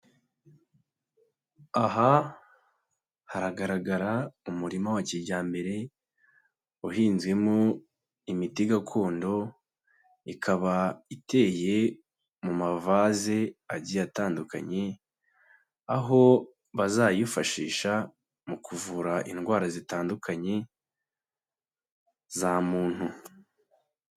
Aha haragaragara umurima wa kijyambere uhinzemo imiti gakondo ikaba iteye mu mavase agiye atandukanye, aho bazayifashisha mu kuvura indwara zitandukanye za muntu.